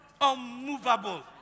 Unmovable